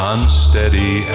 Unsteady